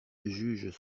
jugent